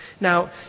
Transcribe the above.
Now